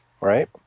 right